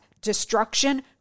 destruction